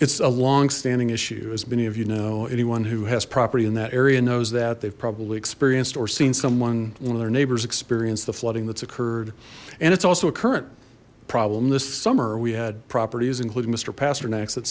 it's a long standing issue as many of you know anyone who has property in that area knows that they've probably experienced or seen someone one of their neighbors experienced the flooding that's occurred and it's also a current problem this summer we had properties including mister pasternak's that